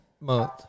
month